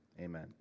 amen